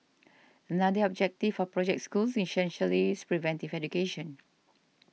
another objective of Project Schools essentially is preventive education